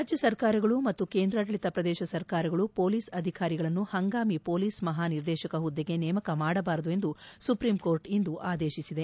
ರಾಜ್ಯ ಸರ್ಕಾರಗಳು ಮತ್ತು ಕೇಂದ್ರಾಡಳಿತ ಪ್ರದೇಶ ಸರ್ಕಾರಗಳು ಮೊಲೀಸ್ ಅಧಿಕಾರಿಗಳನ್ನು ಪಂಗಾಮಿ ಮೊಲೀಸ್ ಮಹಾನಿರ್ದೇಶಕ ಹುದ್ದೆಗೆ ನೇಮಕ ಮಾಡಬಾರದು ಎಂದು ಸುಪ್ರೀಂ ಕೋರ್ಟ್ ಇಂದು ಆದೇಶಿಸಿದೆ